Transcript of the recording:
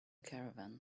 caravan